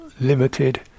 limited